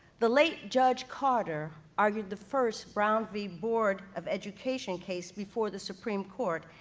the late judge carter argued the first brown v. board of education case before the supreme court,